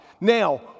Now